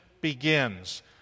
begins